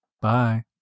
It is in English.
Bye